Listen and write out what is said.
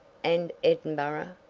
and edinburgh?